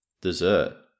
Dessert